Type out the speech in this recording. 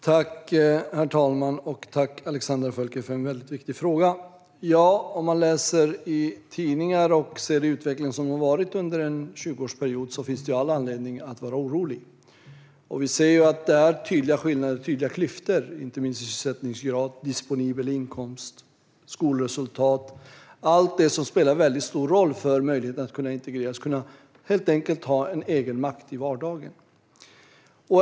Herr talman! Jag tackar Alexandra Völker för en viktig fråga. Läser man tidningarna och ser den utveckling som har varit under en 20-årsperiod finns det all anledning att vara orolig. Vi ser att det är tydliga skillnader och klyftor i inte minst sysselsättningsgrad, disponibel inkomst och skolresultat - allt det som spelar stor roll för att kunna integreras och ha egen makt i vardagen.